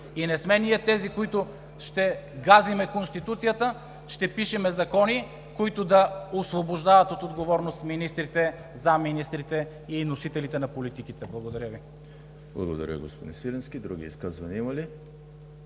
И не сме ние тези, които ще газим Конституцията, ще пишем закони, които да освобождават от отговорност министрите, заместник-министрите и носителите на политиките. Благодаря Ви. ПРЕДСЕДАТЕЛ ЕМИЛ ХРИСТОВ: Благодаря, господин Свиленски. Други изказвания има ли?